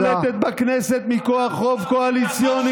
רשות מבצעת ששולטת בכנסת מכוח רוב קואליציוני,